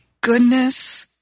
goodness